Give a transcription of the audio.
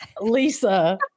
lisa